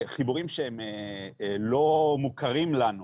חיבורים שהם לא מוכרים לנו,